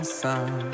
sun